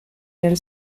nel